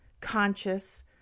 conscious